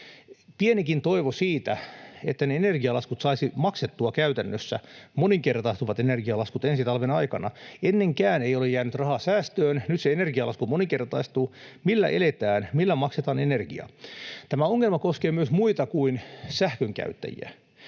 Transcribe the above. pienikin toivo siitä, että ne energialaskut saisi maksettua käytännössä, moninkertaistuvat energialaskut ensi talven aikana. Ennenkään ei ole jäänyt rahaa säästöön, nyt se energialasku moninkertaistuu — millä eletään, millä maksetaan energia? Tämä ongelma koskee myös muita kuin sähkönkäyttäjiä.